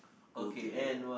go to there there